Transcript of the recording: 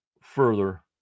further